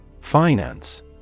Finance